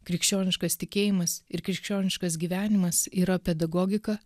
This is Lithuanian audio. krikščioniškas tikėjimas ir krikščioniškas gyvenimas yra pedagogika